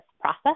process